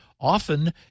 often